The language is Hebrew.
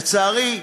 לצערי,